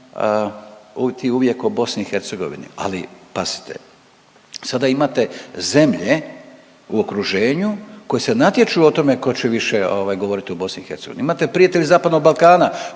uvijek o BIH. Ali pazite, sada imate zemlje u okruženju koji se natječu o tome tko će više ovaj govoriti o BIH. Imate prijatelji zapadnog Balkana